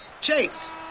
Chase